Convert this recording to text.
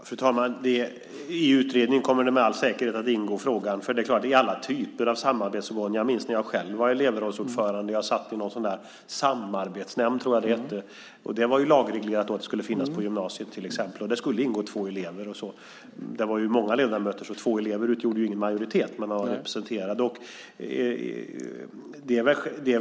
Fru talman! Frågan kommer med all säkerhet att ingå i utredningen. Jag minns när jag själv var elevrådsordförande. Jag satt i någon sådan där samarbetsnämnd, tror jag det hette. Det var lagreglerat att det skulle finnas på gymnasiet till exempel. Och det skulle ingå två elever. Det var många ledamöter, så två elever utgjorde ingen majoritet, men man var representerad.